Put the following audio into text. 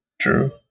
True